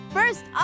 First